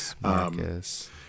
Marcus